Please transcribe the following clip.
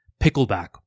Pickleback